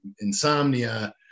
insomnia